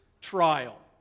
trial